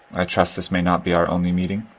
i trust this may not be our only meeting.